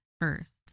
first